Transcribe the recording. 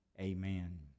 Amen